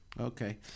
Okay